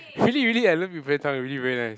really really I love 鱼片汤:Yu-Pian-Tang really very nice